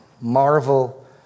marvel